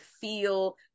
feel